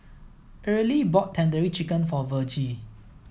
Arely bought Tandoori Chicken for Vergie